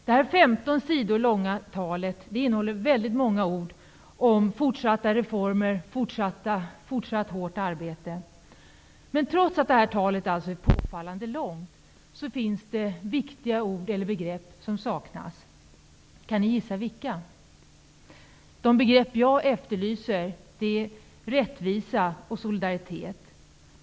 Det 15 sidor långa talet innehåller väldigt många ord om fortsatta ''reformer'', fortsatt hårt arbete. Men trots att det här talet är påfallande långt saknas viktiga ord eller begrepp. Kan ni gissa vilka? De begrepp jag efterlyser är rättvisa och solidaritet.